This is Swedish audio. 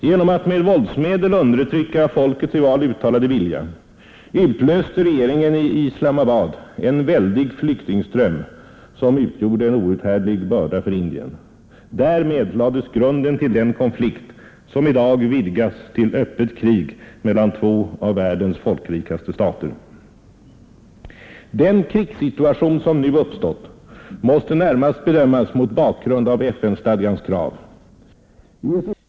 Genom att med våldsmedel undertrycka folkets i val uttalade vilja utlöste regeringen i Islamabad en väldig flyktingström som utgjorde en outhärdlig börda för Indien. Därmed lades grunden till den konflikt som i dag vidgats till öppet krig mellan två av världens folkrikaste stater. Den krigssituation som nu uppstått måste närmast bedömas mot bakgrund av FN-stadgans krav.